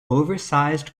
oversized